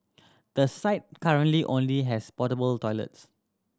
the site currently only has portable toilets